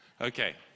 Okay